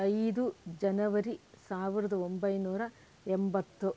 ಐದು ಜನವರಿ ಸಾವಿರದ ಒಂಬೈನೂರ ಎಂಬತ್ತು